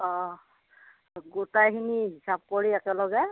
অঁ গোটাইখিনি হিচাপ কৰি একেলগে